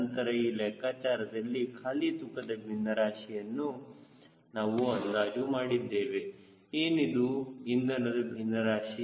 ನಂತರ ಈ ಲೆಕ್ಕಾಚಾರದಲ್ಲಿ ಖಾಲಿ ತೂಕದ ಭಿನ್ನರಾಶಿಯನ್ನು ನಾವು ಅಂದಾಜು ಮಾಡಿದ್ದೇವೆ ಏನಿದು ಇಂಧನದ ಭಿನ್ನರಾಶಿ